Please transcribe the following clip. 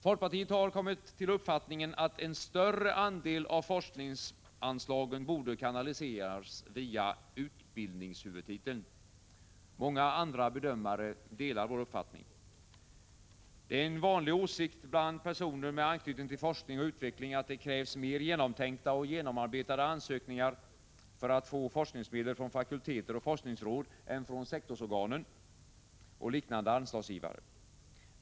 Folkpartiet har kommit till uppfattningen att en större andel av forskningsanslagen borde kanaliseras via utbildningshuvudtiteln. Många andra bedömare delar vår uppfattning. Det är en vanlig åsikt bland personer med anknytning till forskning och utveckling att det krävs mer genomtänkta och genomarbetade ansökningar för att få forskningsmedel från fakulteter och forskningsråd än från sektorsorgan och liknande anslagsgivare.